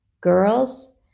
girls